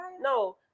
No